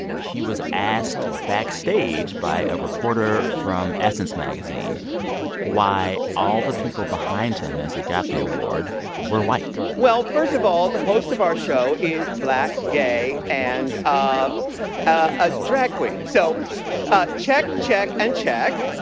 he was asked backstage by a reporter from essence magazine why all the people behind him as he got the award were white well, first of all, the host of our show is black, gay and ah a drag queen, so check, check and check. ah